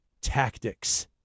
tactics